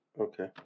okay